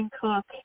Cook